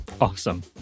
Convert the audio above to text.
Awesome